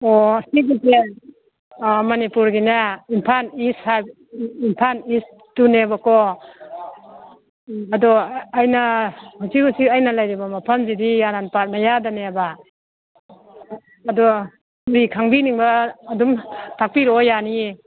ꯑꯣ ꯁꯤꯒꯤꯁꯦ ꯃꯅꯤꯄꯨꯔꯒꯤꯅꯦ ꯏꯝꯐꯥꯜ ꯏꯝꯐꯥꯜ ꯏꯁꯇꯨꯅꯦꯕꯀꯣ ꯑꯗꯣ ꯑꯩꯅ ꯍꯧꯖꯤꯛ ꯍꯧꯖꯤꯛ ꯑꯩꯅ ꯂꯩꯔꯤꯕ ꯃꯐꯝꯁꯤꯗꯤ ꯌꯥꯔꯜꯄꯥꯠ ꯃꯌꯥꯗꯅꯦꯕ ꯑꯗꯣ ꯃꯤ ꯈꯪꯕꯤꯅꯤꯡꯕ ꯑꯗꯨꯝ ꯇꯥꯛꯄꯤꯔꯛꯑꯣ ꯌꯥꯅꯤꯌꯦ